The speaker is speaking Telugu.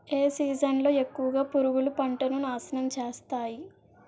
ఏ సీజన్ లో ఎక్కువుగా పురుగులు పంటను నాశనం చేస్తాయి?